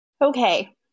Okay